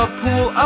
pool